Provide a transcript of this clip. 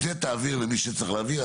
את זה תעביר למי שצריך להעביר.